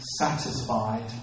satisfied